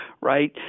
right